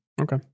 Okay